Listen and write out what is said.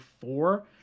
four